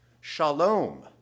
shalom